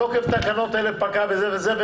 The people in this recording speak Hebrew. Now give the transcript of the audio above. תוקף תקנות האלה פקע וזה וזה,